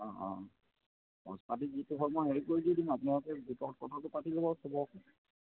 অঁ অঁ খৰচ পাতি যিটো হয় মই হেৰি কৰি দি দিম আপোনালোকে গোটত কথাটো পাতি ল'ব চবেই আকৌ